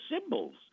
symbols